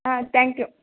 ಹಾಂ thank you